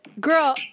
Girl